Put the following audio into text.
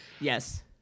Yes